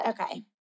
Okay